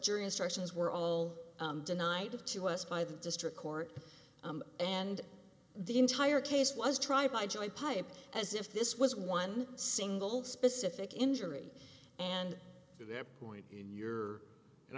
jury instructions were all denied of to us by the district court and the entire case was tried by julie piped as if this was one single specific injury and to that point in your and